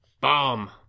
Bomb